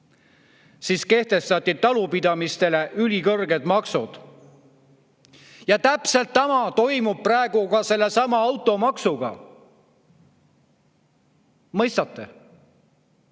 siis kehtestati talupidamisele ülikõrged maksud. Täpselt sama toimub praegu selle automaksuga. Mõistate?